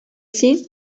син